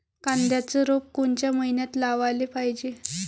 कांद्याचं रोप कोनच्या मइन्यात लावाले पायजे?